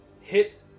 Hit